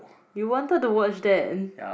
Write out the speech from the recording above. you wanted to watch that and